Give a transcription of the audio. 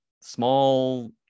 small